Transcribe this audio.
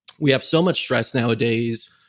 we have so much stress nowadays,